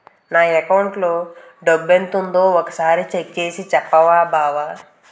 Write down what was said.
నా అకౌంటులో డబ్బెంతుందో ఒక సారి చెక్ చేసి చెప్పవా బావా